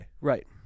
Right